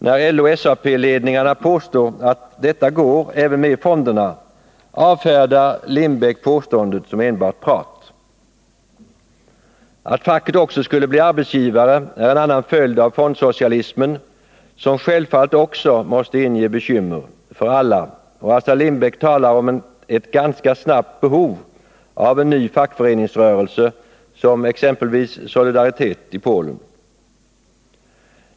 När LO-SAP ledningarna påstår att detta går även med fonderna, avfärdar Lindbeck påståendet som enbart prat. Att facket också skulle bli arbetsgivare är en annan följd av fondsocialismen som självfallet också måste inge bekymmer för alla, och Assar Lindbeck talar om ett ganska snabbt behov av en ny fackföreningsrörelse, liknande Solidaritet i Polen.